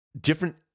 different